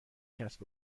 کسب